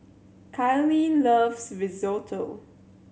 Kylie loves Risotto